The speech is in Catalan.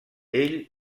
ell